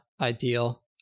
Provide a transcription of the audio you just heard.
ideal